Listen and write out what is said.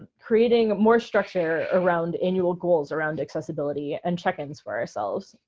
creating more structure around annual goals around accessibility and check-ins for ourselves.